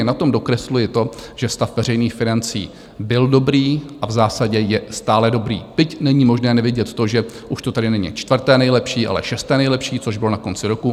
Na tom dokresluji to, že stav veřejných financí byl dobrý a v zásadě je stále dobrý, byť není možné nevidět to, že už to tedy není čtvrté nejlepší, ale šesté nejlepší, což bylo na konci roku.